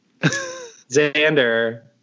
Xander